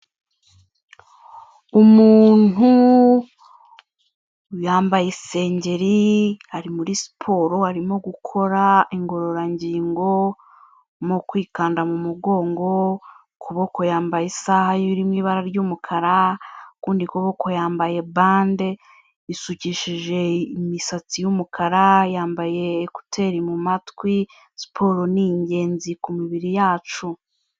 Umuntu yambaye isengeri ari muri siporo arimo gukora ingororangingo, arimo kwikanda mu mugongo, ukuboko yambaye isaha iri mu ibara ry'umukara, ukundi kuboko yambaye bande, yisukishije imisatsi y'umukara, yambaye ekuteri mu matwi, siporo ni genzi ku mibiri yacu.